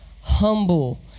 humble